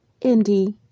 Indy